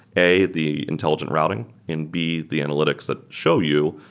a, the intelligent routing, and b, the analytics that show you,